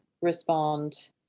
respond